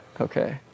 Okay